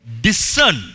discern